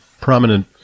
prominent